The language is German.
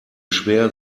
schwer